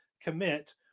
commit